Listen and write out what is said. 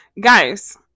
Guys